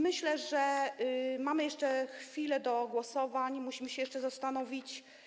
Mamy jeszcze chwilę do głosowań, musimy się jeszcze zastanowić.